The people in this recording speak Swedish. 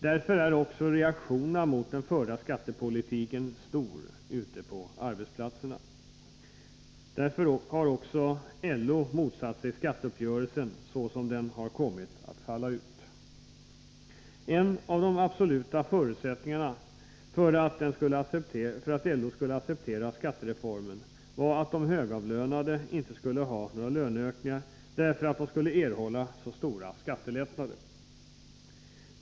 Därför är också reaktionerna mot den förda skattepolitiken stor ute på arbetsplatserna. Därför har också LO motsatt sig skatteuppgörelsen så som den har kommit att falla ut. En av de absoluta förutsättningarna för att LO skulle acceptera skattereformen var att de högavlönade inte skulle ha några löneökningar, eftersom de skulle erhålla så stora skattelättnader.